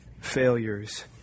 failures